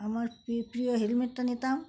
আমার প্রিয় হেলমেটটা নিতাম